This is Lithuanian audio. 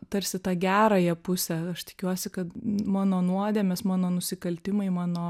tarsi tą gerąją pusę aš tikiuosi kad mano nuodėmės mano nusikaltimai mano